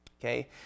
Okay